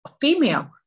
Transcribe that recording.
female